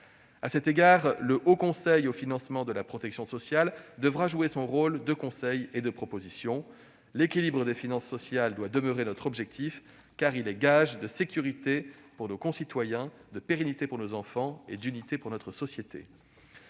À cet égard, le Haut Conseil du financement de la protection sociale devra jouer son rôle de conseil et de proposition. L'équilibre des finances sociales doit demeurer notre objectif, car il est gage de sécurité pour nos concitoyens, de pérennité pour nos enfants, d'unité pour notre société.